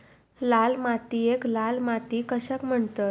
लाल मातीयेक लाल माती कशाक म्हणतत?